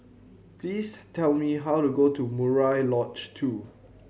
please tell me how to go to Murai Lodge Two